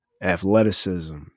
athleticism